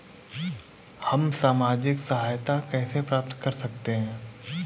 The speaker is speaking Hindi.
हम सामाजिक सहायता कैसे प्राप्त कर सकते हैं?